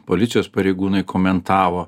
policijos pareigūnai komentavo